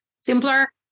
simpler